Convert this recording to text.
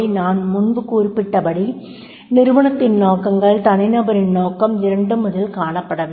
நான் முன்பு குறிப்பிட்டபடி நிறுவனத்தின் நோக்கங்கள் தனிநபரின் நோக்கம் இரண்டும் அதில் காணப்பட வேண்டும்